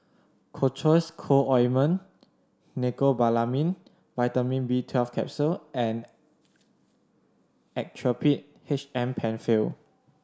Cocois Co Ointment Mecobalamin Vitamin B twelve Capsule and Actrapid H M Penfill